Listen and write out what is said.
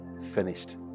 finished